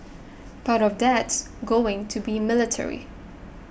part of that's going to be military